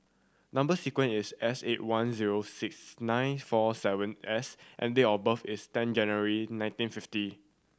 number sequence is S eight one zero six nine four seven S and date of birth is ten January nineteen fifty